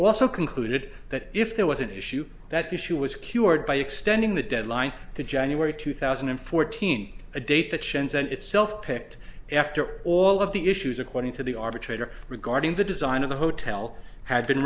also concluded that if there was an issue that issue was cured by extending the deadline to january two thousand and fourteen a date the chins and itself picked after all of the issues according to the arbitrator regarding the design of the hotel had been